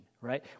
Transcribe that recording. right